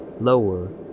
lower